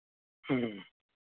ह्म्म